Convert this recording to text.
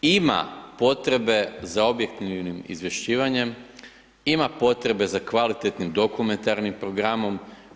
Ima potrebe za objektivnim izvješćivanjem, ima potrebe za kvalitetnim dokumentarnim programom.